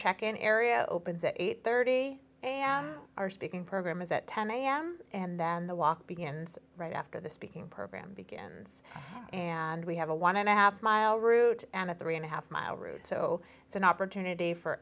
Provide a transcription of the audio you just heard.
check in area opens at eight thirty am or speaking programs at ten am and then the walk begins right after the speaking program begins and we have a one and a half mile route and a three and a half mile route so it's an opportunity for